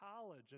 college